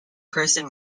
person